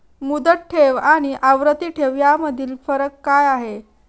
मुदत ठेव आणि आवर्ती ठेव यामधील फरक काय आहे?